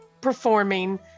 performing